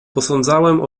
posądzałem